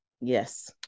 Yes